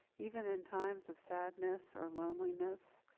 even in times of sadness or loneliness.